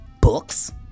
books